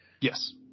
Yes